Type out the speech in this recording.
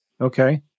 Okay